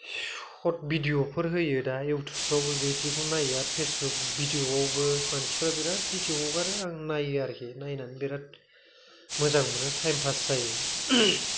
short भिडिय'फोर होयो दा इउटुबफ्राव बेदिखौ नायो आरोखि फेस्बुक भिडिय' आवबो मानसिफ्रा बेराद भिडिय' हगारो आं नायो आरोखि नायनानै बेराद मोजां मोनो टाइम पास जायो